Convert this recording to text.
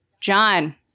John